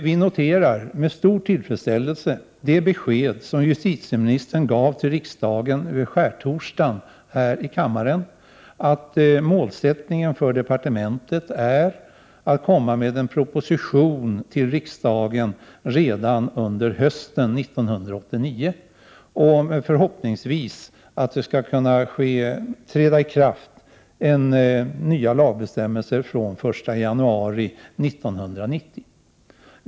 Vi noterar med stor tillfredsställelse det besked som justitieministern gav till riksdagen på skärtorsdagen här i kammaren, nämligen att målet för departementet är att lägga fram en proposition för riksdagen redan under hösten 1989 och att nya lagbestämmelser förhoppningsvis skall träda i kraft den 1 januari 1990.